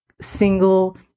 single